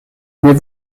mais